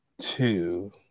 Two